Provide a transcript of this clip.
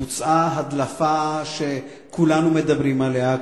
בוצעה הדלפה שכולנו מדברים עליה,